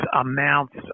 amounts